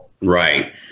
Right